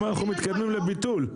היום אנחנו מתקדמים לביטול התקנה.